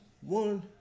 one